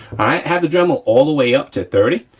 i have the dremel all the way up to thirty,